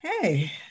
hey